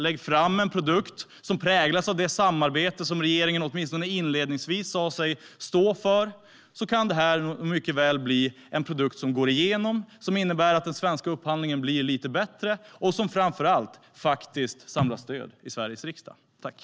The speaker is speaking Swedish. Lägg fram en produkt som präglas av det samarbete som regeringen åtminstone inledningsvis sa sig stå för. Då kan det mycket väl bli en produkt som går igenom och som innebär att den svenska upphandlingen blir lite bättre och som framför allt samlar stöd i Sveriges riksdag.